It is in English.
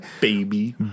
baby